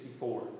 1964